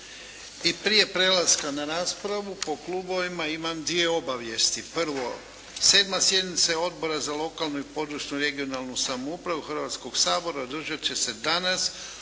prije prelaska na raspravu po klubovima imam dvije obavijesti. Prvo, 7. sjednica Odbora za lokalnu i područnu i regionalnu samoupravu Hrvatskog sabora održat će se danas